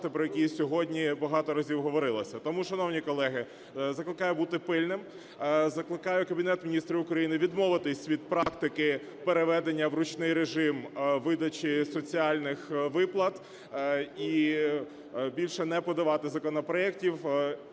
про які сьогодні багато разів говорилося. Тому, шановні колеги, закликаю бути пильними, закликаю Кабінет Міністрів України відмовитися від практики переведення в ручний режим видачі соціальних виплат і більше не подавати законопроектів,